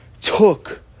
took